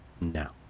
now